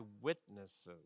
witnesses